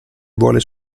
vuole